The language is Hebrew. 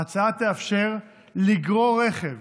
ההצעה תאפשר לגרור רכב